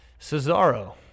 cesaro